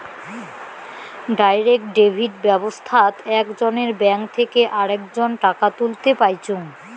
direct debit ব্যাবস্থাত একজনের bank থেকে আরেকজন টাকা তুলতে পাইচুঙ